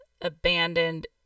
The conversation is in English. abandoned